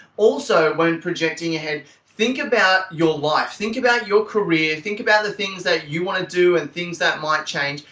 also when projecting ahead, think about your life, think about your career, think about the things that you want to do and things that might change.